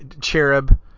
cherub